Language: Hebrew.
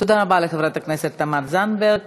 תודה רבה לחברת הכנסת תמר זנדברג.